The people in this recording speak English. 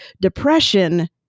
Depression